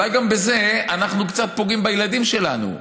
אולי גם בזה אנחנו קצת פוגעים בילדים שלנו,